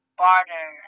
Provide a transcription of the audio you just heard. barter